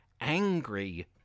angry